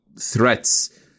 threats